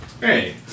Hey